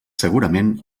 segurament